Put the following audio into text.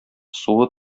суы